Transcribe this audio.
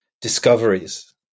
discoveries